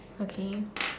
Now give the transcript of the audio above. okay